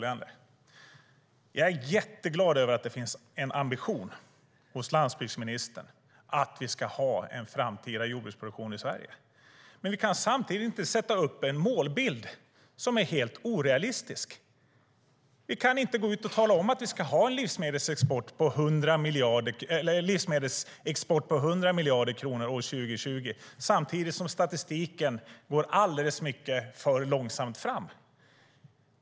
Jag är jätteglad över att det finns en ambition hos landsbygdsministern att vi ska ha en framtida jordbruksproduktion i Sverige. Men vi kan samtidigt inte sätta upp en målbild som är helt orealistisk. Vi kan inte gå ut och tala om att vi ska ha en livsmedelsexport på 100 miljarder kronor år 2020 samtidigt som statistiken visar att vi går alldeles för långsamt fram.